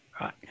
right